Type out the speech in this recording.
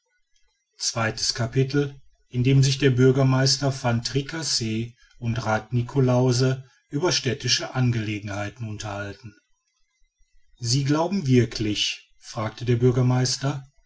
zweites capitel in dem sich der bürgermeister van tricasse und rath niklausse über städtische angelegenheiten unterhalten sie glauben wirklich fragte der bürgermeister